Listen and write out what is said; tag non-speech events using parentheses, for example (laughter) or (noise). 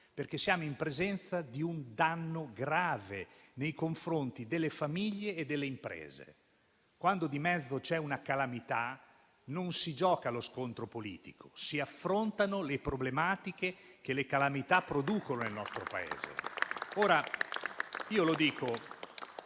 perché siamo in presenza di un danno grave nei confronti delle famiglie e delle imprese. Quando di mezzo c'è una calamità, non si gioca allo scontro politico, ma si affrontano le problematiche che le calamità producono nel nostro Paese. (applause)